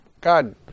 God